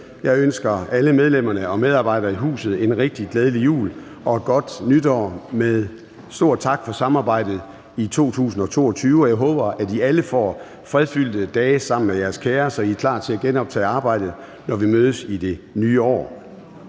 Jeg ønsker alle medlemmerne og medarbejderne i huset en rigtig glædelig jul og et godt nytår med stor tak for samarbejdet i 2022. Og jeg håber, at I alle får fredfyldte dage sammen med jeres kære, så I er klar til at genoptage arbejdet, når vi mødes i det nye år.